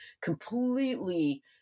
completely